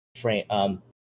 frame